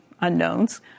unknowns